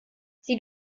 sie